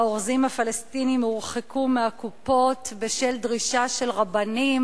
האורזים הפלסטינים הורחקו מהקופות בשל דרישה של רבנים,